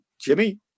Jimmy